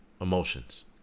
emotions